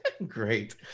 great